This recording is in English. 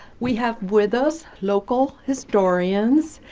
we have with us local historians,